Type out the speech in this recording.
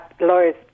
lawyers